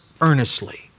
earnestly